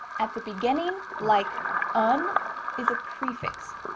at the beginning, like un is a prefix,